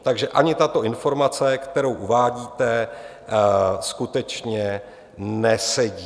Takže ani tato informace, kterou uvádíte, skutečně nesedí.